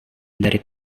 dari